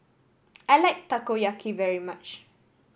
I like Takoyaki very much